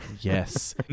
Yes